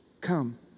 come